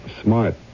Smart